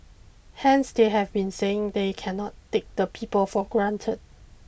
hence they have been saying they cannot take the people for granted